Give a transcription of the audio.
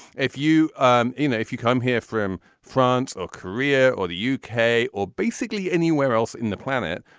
if you um you know, if you come here from france or korea or the u k. or basically anywhere else in the planet,